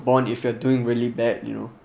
bond if you are doing really bad you know